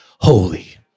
holy